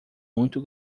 muito